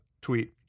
tweet